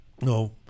no